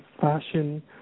fashion